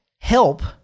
help